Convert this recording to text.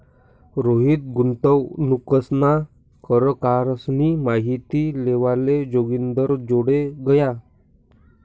रोहित गुंतवणूकना परकारसनी माहिती लेवाले जोगिंदरजोडे गया